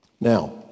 Now